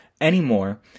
Anymore